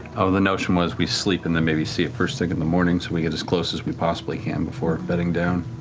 oh, the notion was we sleep and then maybe see it first thing in the morning so we get as close as we possibly can before bedding down.